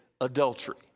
adultery